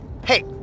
Hey